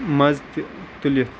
مَزٕ تہِ تُلِتھ